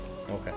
Okay